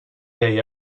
day